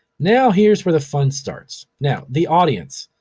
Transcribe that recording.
now here's where the fun starts. now, the audience,